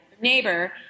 neighbor